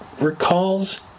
recalls